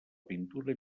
pintura